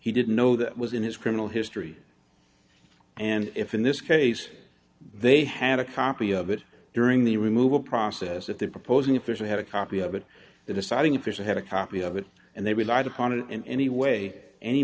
he didn't know that was in his criminal history and if in this case they have a copy of it during the removal process that they're proposing officially have a copy of it that deciding if they had a copy of it and they relied upon it in any way any